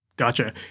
Gotcha